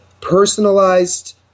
personalized